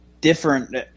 different